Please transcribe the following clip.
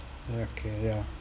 ya okay ya